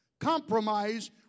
Compromise